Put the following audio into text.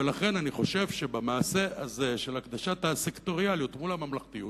ולכן אני חושב שבמעשה הזה של הקדשת הסקטוריאליות מול הממלכתיות,